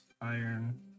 iron